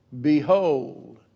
Behold